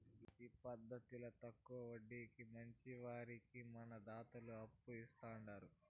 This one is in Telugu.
ఈ పద్దతిల తక్కవ వడ్డీకి మంచివారికి మన దాతలు అప్పులు ఇస్తాండారు